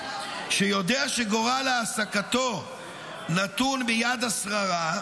שיודע שגורל העסקתו נתון בידי השררה,